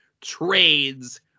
trades